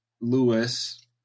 lewis